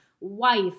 wife